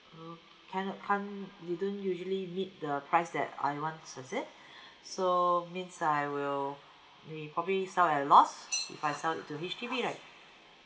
oh kind of can't they don't usually meet the price that I want is it so means I will we probably sell at lost if I sell it to H_D_B right